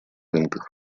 рынках